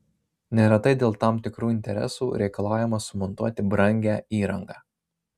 neretai dėl tam tikrų interesų reikalaujama sumontuoti brangią įrangą